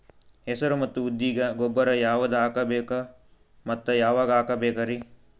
ಹೆಸರು ಮತ್ತು ಉದ್ದಿಗ ಗೊಬ್ಬರ ಯಾವದ ಹಾಕಬೇಕ ಮತ್ತ ಯಾವಾಗ ಹಾಕಬೇಕರಿ?